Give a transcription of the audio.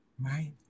Right